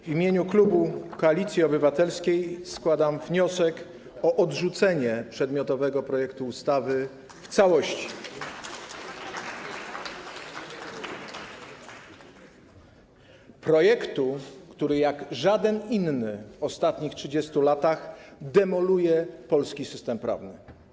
W imieniu klubu Koalicji Obywatelskiej składam wniosek o odrzucenie przedmiotowego projektu ustawy w całości, projektu, który jak żaden inny w ostatnich 30 latach demoluje polski system prawny.